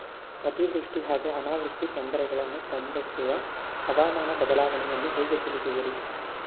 ಅತಿವೃಷ್ಟಿ ಹಾಗೂ ಅನಾವೃಷ್ಟಿ ತೊಂದರೆಗಳನ್ನು ತಂದೊಡ್ಡುವ ಹವಾಮಾನ ಬದಲಾವಣೆಯನ್ನು ಹೇಗೆ ತಿಳಿಯುವಿರಿ?